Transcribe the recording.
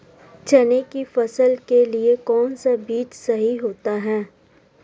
चने की फसल के लिए कौनसा बीज सही होता है?